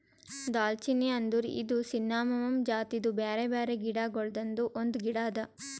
ದಾಲ್ಚಿನ್ನಿ ಅಂದುರ್ ಇದು ಸಿನ್ನಮೋಮಮ್ ಜಾತಿದು ಬ್ಯಾರೆ ಬ್ಯಾರೆ ಗಿಡ ಗೊಳ್ದಾಂದು ಒಂದು ಗಿಡ ಅದಾ